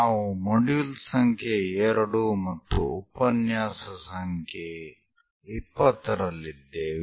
ನಾವು ಮಾಡ್ಯೂಲ್ ಸಂಖ್ಯೆ 2 ಮತ್ತು ಉಪನ್ಯಾಸ ಸಂಖ್ಯೆ 20 ರಲ್ಲಿದ್ದೇವೆ